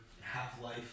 half-life